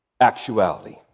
actuality